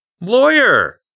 Lawyer